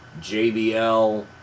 JBL